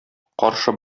каршы